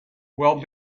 well